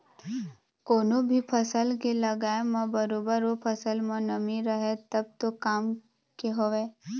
कोनो भी फसल के लगाय म बरोबर ओ फसल म नमी रहय तब तो काम के हवय